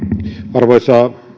arvoisa